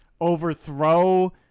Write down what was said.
overthrow